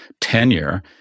tenure